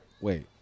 wait